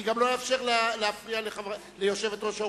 אני גם לא אאפשר להפריע ליושבת-ראש האופוזיציה,